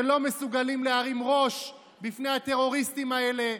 שלא מסוגלים להרים ראש בפני הטרוריסטים האלה.